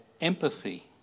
empathy